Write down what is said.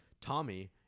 Tommy